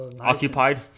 Occupied